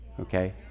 okay